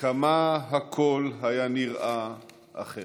כמה הכול היה נראה אחרת".